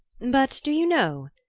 but, do you know,